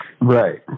Right